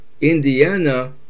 Indiana